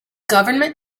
government